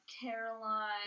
Caroline